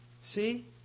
See